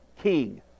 king